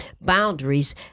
boundaries